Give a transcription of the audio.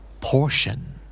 Portion